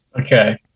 okay